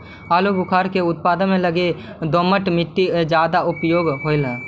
आलूबुखारा के उत्पादन लगी दोमट मट्टी ज्यादा उपयोग होवऽ हई